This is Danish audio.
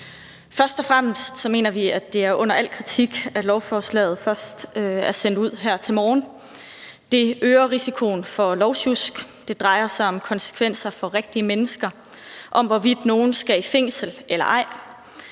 Først og fremmest mener vi, at det er under al kritik, at lovforslaget først er sendt ud her til morgen. Det øger risikoen for lovsjusk. Det drejer sig om konsekvenser for rigtige mennesker – om hvorvidt nogle skal i fængsel eller ej.